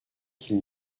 qu’il